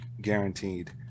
guaranteed